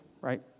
right